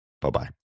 Bye-bye